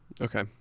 Okay